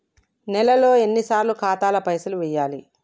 నెలలో ఎన్నిసార్లు ఖాతాల పైసలు వెయ్యాలి?